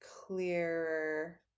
clearer